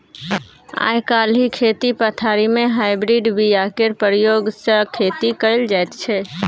आइ काल्हि खेती पथारी मे हाइब्रिड बीया केर प्रयोग सँ खेती कएल जाइत छै